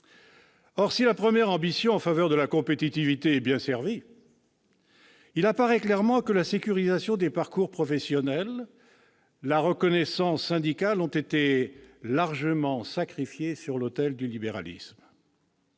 Or, si la première ambition de renforcer la compétitivité est bien servie, il apparaît clairement que la sécurisation des parcours professionnels, la reconnaissance syndicale ont été largement sacrifiées sur l'autel du libéralisme.